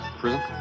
Prison